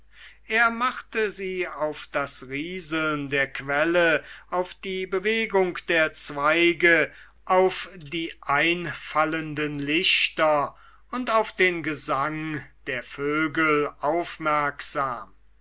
er machte sie auf das rieseln der quelle auf die bewegung der zweige auf die einfallenden lichter und auf den gesang der vögel aufmerksam